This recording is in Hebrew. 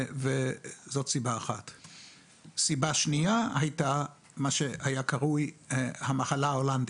סיבה שנייה היא מה שהיה קרוי: המחלה ההולנדית,